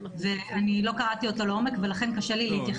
אני לא קראתי אותו לעומק ולכן קשה לי להתייחס.